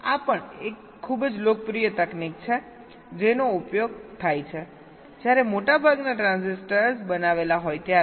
અને આ પણ એક ખૂબ જ લોકપ્રિય તકનીક છે જેનો ઉપયોગ થાય છેજ્યારે મોટાભાગના ટ્રાન્ઝિસ્ટર બનાવેલા હોય ત્યારે